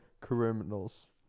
criminals